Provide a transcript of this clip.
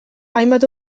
hainbat